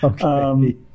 Okay